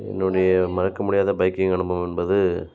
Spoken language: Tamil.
என்னுடைய மறக்க முடியாத பைக்கிங் அனுபவம் என்பது